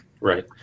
Right